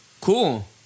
cool